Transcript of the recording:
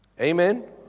Amen